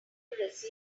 accuracy